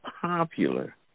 popular